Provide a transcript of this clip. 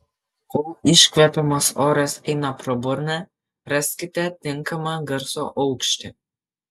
kol iškvepiamas oras eina pro burną raskite tinkamą garso aukštį